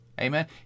Amen